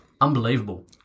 Unbelievable